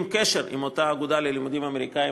קשר עם אותה אגודה ללימודים אמריקניים.